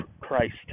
Christ